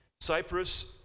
Cyprus